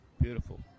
Beautiful